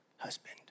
husband